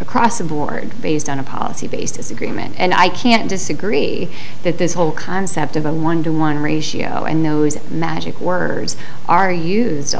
across the board based on a policy basis agreement and i can't disagree that this whole concept of a one to one ratio and those magic words are used